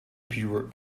pure